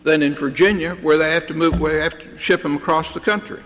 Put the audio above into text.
than in virginia where they have to move way after ship them across the country